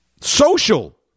social